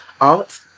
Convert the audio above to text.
art